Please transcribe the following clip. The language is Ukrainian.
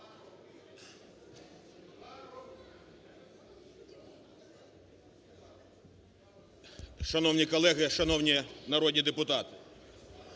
Шановні колеги, шановні народні депутати!